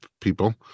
people